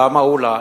למה אולי?